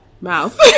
mouth